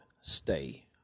Stay